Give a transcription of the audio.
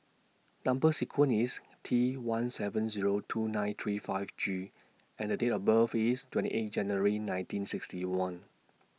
Number sequence IS T one seven Zero two nine three five G and Date of birth IS twenty eight January nineteen sixty one